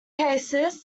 cases